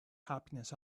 happiness